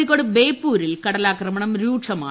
കോഴിക്കോട് ബേപ്പൂരിൽ കടലാക്രമണം രൂക്ഷമാണ്